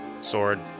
sword